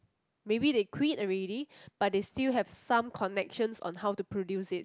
maybe they quit already but they still have some connections on how to produce it